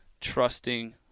trusting